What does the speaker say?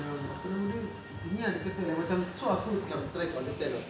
yang apa nama dia ini ah dia kata like macam so aku macam try to understand [tau]